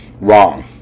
Wrong